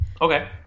Okay